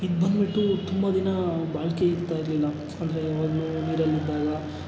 ಇದು ಬಂದುಬಿಟ್ಟು ತುಂಬ ದಿನ ಬಾಳಿಕೆ ಇರ್ತಾ ಇರಲಿಲ್ಲ ಅಂದರೆ ಯಾವಾಗಲೂ ನೀರಲ್ಲಿದ್ದಾಗ